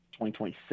2026